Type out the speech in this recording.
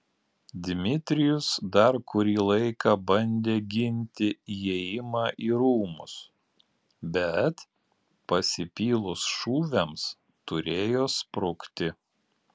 dmitrijus dar kurį laiką bandė ginti įėjimą į rūmus bet pasipylus šūviams turėjo sprukti